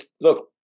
look